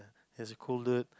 he's cooler